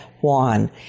Juan